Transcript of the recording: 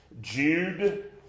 Jude